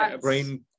brain